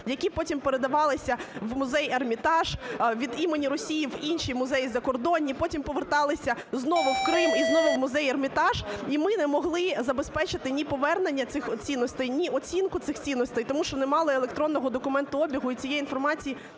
які потім передавалися в музей "Ермітаж", від імені Росії в інші музеї закордонні, потім поверталися знову в Крим, і знову в музей "Ермітаж". І ми не могли забезпечити ні повернення цих цінностей, ні оцінку цих цінностей, тому що не мали електронного документообігу і цієї інформації